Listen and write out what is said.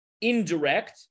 indirect